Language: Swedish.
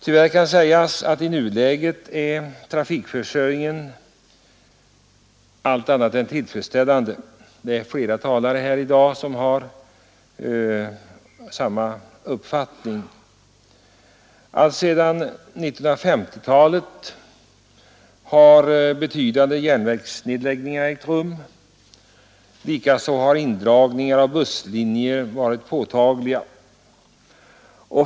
Tyvärr kan sägas att i nuläget är trafikförsörjningen allt annat än tillfredsställande. Det är flera talare här i dag som har framfört samma uppfattning. Alltsedan 1950-talet har betydande järnvägsnedläggelser ägt rum. Likaså har indragningar av busslinjer varit påtagliga.